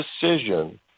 decision